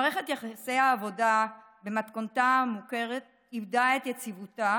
מערכת יחסי העבודה במתכונתה המוכרת איבדה את יציבותה